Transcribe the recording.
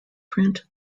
print